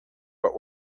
but